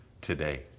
today